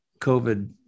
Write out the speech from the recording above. covid